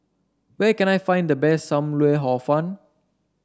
where can I find the best Sam Lau Hor Fun